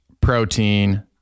protein